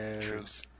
Truce